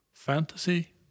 fantasy